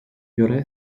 göre